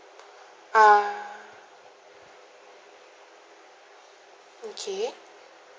ah okay